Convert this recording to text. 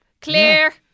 clear